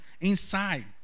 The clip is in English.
inside